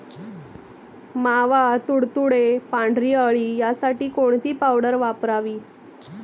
मावा, तुडतुडे, पांढरी अळी यासाठी कोणती पावडर वापरावी?